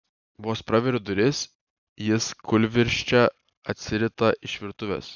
vos praveriu duris jis kūlvirsčia atsirita iš virtuvės